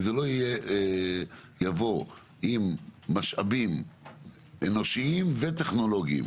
אם זה לא יבוא עם משאבים אנושיים וטכנולוגיים.